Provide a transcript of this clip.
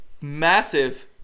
massive